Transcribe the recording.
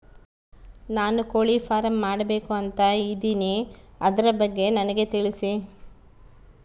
ನಾನು ಕೋಳಿ ಫಾರಂ ಮಾಡಬೇಕು ಅಂತ ಇದಿನಿ ಅದರ ಬಗ್ಗೆ ನನಗೆ ತಿಳಿಸಿ?